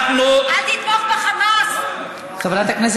אבל את הרוצחים שרוצחים בתוך הכפרים שלנו